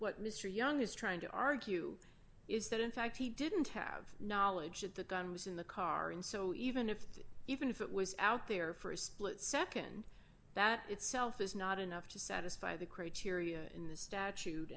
what mr young is trying to argue is that in fact he didn't have knowledge that the gun was in the car and so even if even if it was out there for a split nd that itself is not enough to satisfy the criteria in the statute